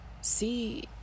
see